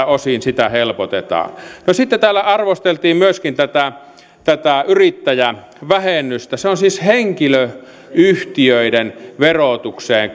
osin sitä helpotetaan sitten täällä arvosteltiin myöskin tätä tätä yrittäjävähennystä se on siis henkilöyhtiöiden verotukseen